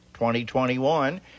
2021